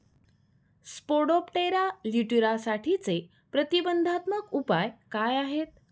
Spodoptera लिट्युरासाठीचे प्रतिबंधात्मक उपाय काय आहेत?